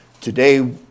Today